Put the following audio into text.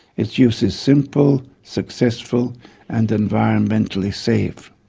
its use is simple, successful and environmentally safe.